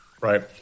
right